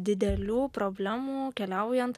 didelių problemų keliaujant